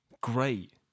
great